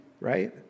right